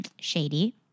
shady